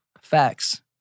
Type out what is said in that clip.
Facts